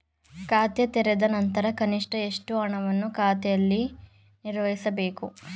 ಖಾತೆ ತೆರೆದ ನಂತರ ಕನಿಷ್ಠ ಎಷ್ಟು ಹಣವನ್ನು ಖಾತೆಯಲ್ಲಿ ನಿರ್ವಹಿಸಬೇಕು?